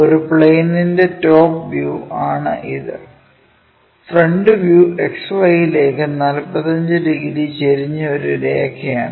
ഒരു പ്ലെയിനിന്റെ top view ആണ് ഇത് ഫ്രണ്ട് വ്യൂ XY യിലേക്ക് 45 ഡിഗ്രി ചെരിഞ്ഞ ഒരു രേഖ ആണ്